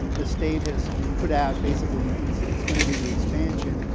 the state has put out basically, it's it's going to be the expansion.